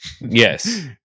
Yes